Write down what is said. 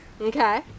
Okay